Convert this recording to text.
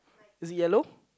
is it yellow